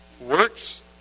Works